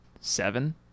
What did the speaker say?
seven